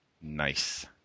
Nice